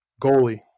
Goalie